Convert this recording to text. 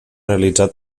realitzar